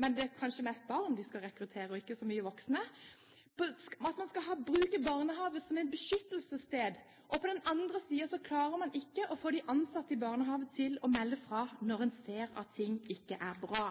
men det er kanskje mest barn de skal rekruttere og ikke så mye voksne – at man skal bruke barnehagen som et beskyttelsessted, og på den andre siden klarer man ikke å få de ansatte i barnehagen til å melde fra når de ser at ting ikke er bra.